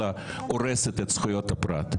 אלא הורסת את זכויות הפרט,